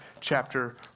chapter